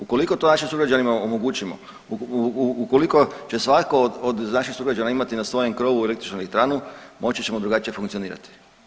Ukoliko to našim sugrađanima omogućimo, ukoliko će svatko od naših sugrađana imati na svojem krovu električnu elektranu, moći ćemo drugačije funkcionirati.